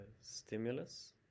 stimulus